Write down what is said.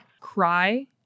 Cry